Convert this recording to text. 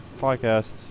podcast